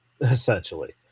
essentially